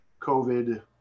COVID